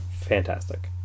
fantastic